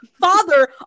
father